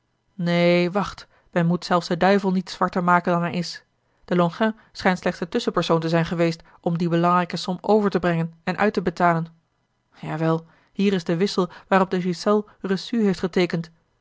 neen wacht men moet zelfs den duivel niet zwarter malen dan hij is de lonchijn schijnt slechts de tusschenpersoon te zijn geweest om die belangrijke som over te brengen en uit te betalen ja wel hier is de wissel waarop de ghiselles reçu heeft geteekend